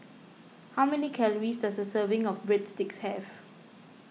how many calories does a serving of Breadsticks have